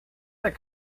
that